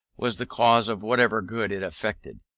was the cause of whatever good it effected.